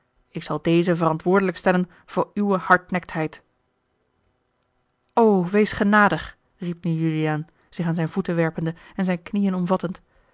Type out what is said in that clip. ik zal dezen verantwoordelijk stellen voor uwe hardnektheid o wees genadig riep nu juliaan zich aan zijn voeten werpende en zijne knieën omvattend